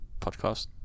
podcast